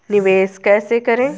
निवेश कैसे करें?